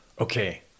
okay